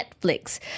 Netflix